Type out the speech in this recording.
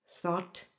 Thought